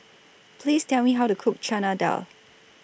Please Tell Me How to Cook Chana Dal